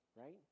right